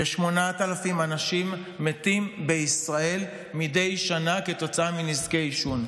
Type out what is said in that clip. כ-8,000 אנשים מתים בישראל מדי שנה כתוצאה מנזקי עישון.